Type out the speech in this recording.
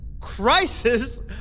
Crisis